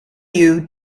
you